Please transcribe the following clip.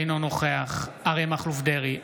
אינו נוכח אריה מכלוף דרעי,